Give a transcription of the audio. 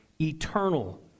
eternal